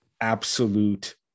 absolute